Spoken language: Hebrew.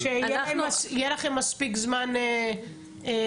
שיהיה לכם מספיק זמן להיערך.